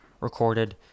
recorded